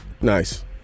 Nice